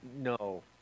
no